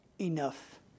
enough